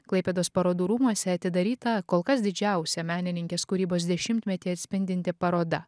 klaipėdos parodų rūmuose atidaryta kol kas didžiausia menininkės kūrybos dešimtmetį atspindinti paroda